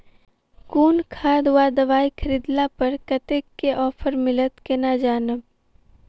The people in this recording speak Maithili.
केँ खाद वा दवाई खरीदला पर कतेक केँ ऑफर मिलत केना जानब?